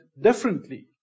differently